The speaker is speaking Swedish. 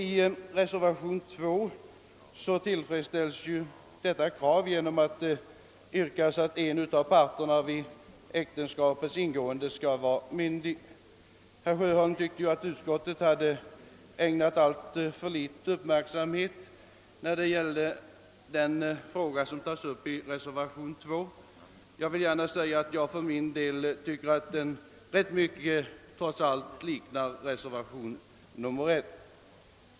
I reservationen 2 tillfredsställs detta krav delvis genom förslaget att en av parterna vid äktenskapets ingående skall vara myndig. Herr Sjöholm tyckte att utskottet ägnat alltför liten uppmärksamhet åt den fråga som tas upp i reservationen 2. Jag anser för min del att denna reservation har ganska stor likhet med reservationen 1.